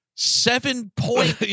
seven-point